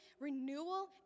renewal